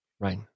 right